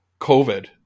COVID